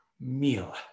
meal